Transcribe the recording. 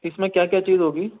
اِس میں کیا کیا چیز ہوگی